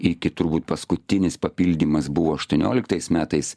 iki turbūt paskutinis papildymas buvo aštuonioliktais metais